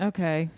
Okay